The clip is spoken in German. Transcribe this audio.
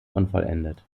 unvollendet